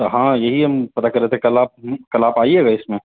تو ہاں یہی ہم پتہ کر رہے تھے کل آپ کل آپ آئیے گا اس میں